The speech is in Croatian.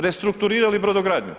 Restrukturirali brodogradnju.